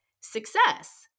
success